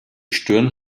stirn